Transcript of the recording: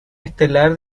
estelar